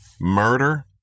murder